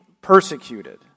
persecuted